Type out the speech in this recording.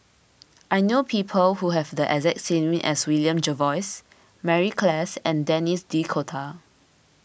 I know people who have the exact name as William Jervois Mary Klass and Denis D'Cotta